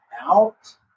out